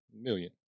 Million